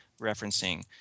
referencing